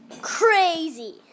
crazy